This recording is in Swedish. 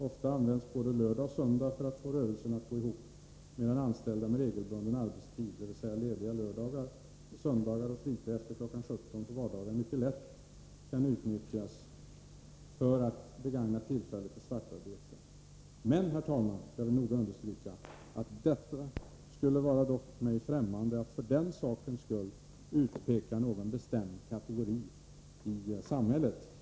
Ofta använder dessa både lördag och söndag för att få rörelsen att gå ihop. Anställda med regelbunden arbetstid — dvs. lediga lördagar och söndagar och fritid efter kl. 17 på vardagar — kan däremot mycket lätt begagna ledigheten till svartarbete. Men det skulle — det vill jag noga understryka — vara mig främmande att för den sakens skull utpeka någon bestämd kategori i samhället.